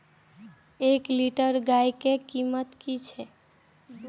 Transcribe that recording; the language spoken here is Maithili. एक लीटर गाय के कीमत कि छै?